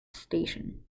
station